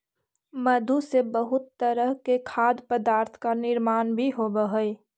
मधु से बहुत तरह के खाद्य पदार्थ का निर्माण भी होवअ हई